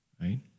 right